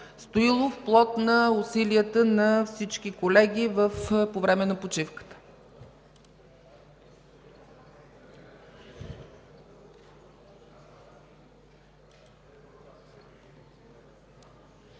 Стоилов, плод на усилията на всички колеги по време на почивката.